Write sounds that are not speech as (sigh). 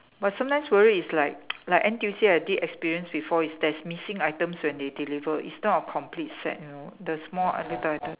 but sometimes worry is like (noise) like N_T_U_C I did experience before is there's missing items when they deliver it's not a complete set you know the small little item